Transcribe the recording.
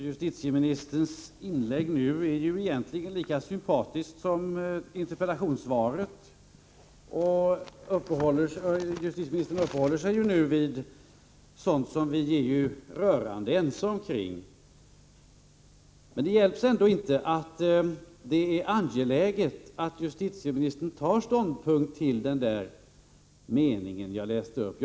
Fru talman! Justitieministerns inlägg är egentligen lika sympatiskt som interpellationssvaret. Han uppehåller sig nu vid sådant som vi är rörande ense om. Men det hjälper ändå inte. Det är fortfarande angeläget att justitieministern tar ståndpunkt till den mening som jag läste upp.